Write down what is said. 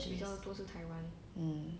yes mm